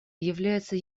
является